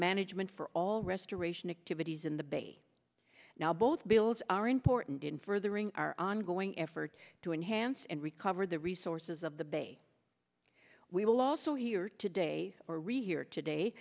management for all restoration activities in the bay now both bills are important in furthering our ongoing effort to enhance and recover the resources of the bay we will also hear today or read here today